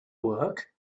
work